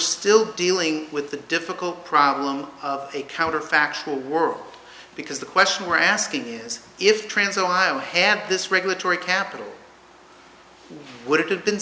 still dealing with a difficult problem a counterfactual world because the question we're asking is if trans ohio had this regulatory capital would it have been